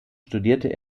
studierte